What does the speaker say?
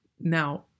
now